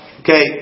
Okay